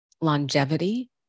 longevity